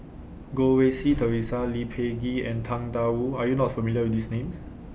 Goh Rui Si Theresa Lee Peh Gee and Tang DA Wu Are YOU not familiar with These Names